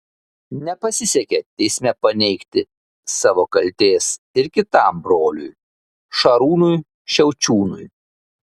nepasisekė teisme paneigti savo kaltės ir kitam broliui šarūnui šiaučiūnui